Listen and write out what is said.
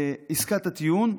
עסקת הטיעון,